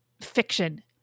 fiction